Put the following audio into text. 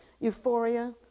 Euphoria